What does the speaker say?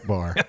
Bar